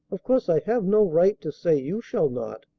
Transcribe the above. of course i have no right to say you shall not.